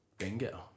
Bingo